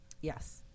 yes